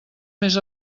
més